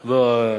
לא,